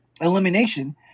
elimination